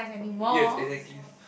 yes exactly